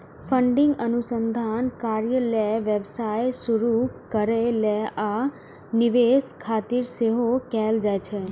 funding अनुसंधान कार्य लेल, व्यवसाय शुरू करै लेल, आ निवेश खातिर सेहो कैल जाइ छै